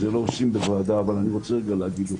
את זה לא עושים בוועדה אבל אי רוצה להגיד אותו.